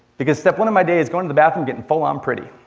because step one of my day is going to the bathroom, getting full on pretty.